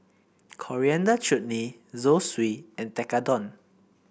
Coriander Chutney Zosui and Tekkadon